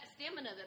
stamina